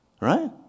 Right